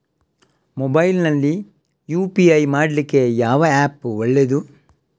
Mobile ನಲ್ಲಿ UPI ಮಾಡ್ಲಿಕ್ಕೆ ಯಾವ ಆ್ಯಪ್ ಒಳ್ಳೇದು?